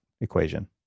equation